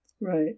Right